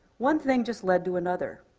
one thing just led to another.